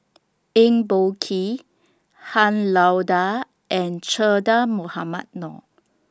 Eng Boh Kee Han Lao DA and Che Dah Mohamed Noor